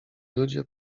ludzie